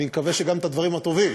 אני מקווה שגם את הדברים הטובים.